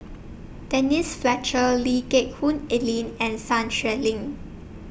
Denise Fletcher Lee Geck Hoon Ellen and Sun Xueling